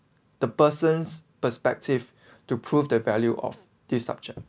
the person's perspective to prove the value of this subject